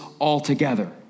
altogether